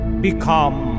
Become